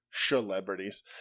celebrities